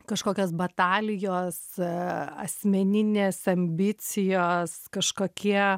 kažkokios batalijos asmeninės ambicijos kažkokie